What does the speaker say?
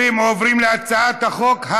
בבקשה.